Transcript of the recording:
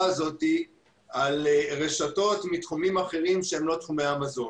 הזאת על רשתות מתחומים אחרים שהם לא תחומי המזון.